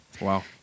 Wow